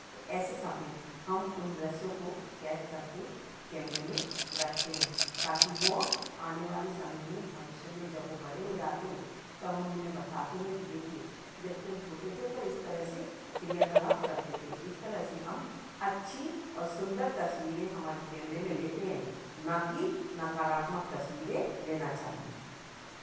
तो ऐसे समय हम उन दृश्यों को कैद करके कैमरे में रखते हैं ताकि वो आने वाले समय में भविष्य में जब वो बड़े हो जाते हैं तब हम उन्हें बताते हैं कि देखिए जब तुम छोटे थे तो इस तरह से क्रियाकलाप करते थे इस तरह से हम अच्छी और सुंदर तस्वीरें हमारे कैमरे में लेते हैं ना कि नकारात्मक तस्वीरें लेना चाहिए